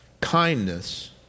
kindness